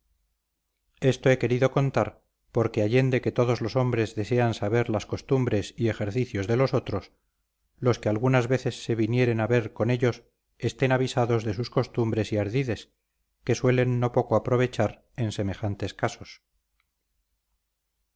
he querido contar porque allende que todos los hombres desean saber las costumbres y ejercicios de los otros los que algunas veces se vinieren a ver con ellos estén avisados de sus costumbres y ardides que suelen no poco aprovechar en semejantes casos